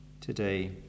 today